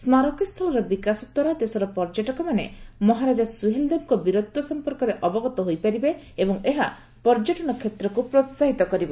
ସ୍କାରକୀ ସ୍ଥଳର ବିକାଶଦ୍ୱାରା ଦେଶର ପର୍ଯ୍ୟଟକମାନେ ତାଙ୍କର ବୀରତ୍ୱ ସମ୍ପର୍କରେ ଅବଗତ ହୋଇପାରିବେ ଏବଂ ଏହା ପର୍ଯ୍ୟଟନ କ୍ଷେତ୍ରକୁ ପ୍ରୋସାହିତ କରିବ